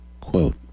Quote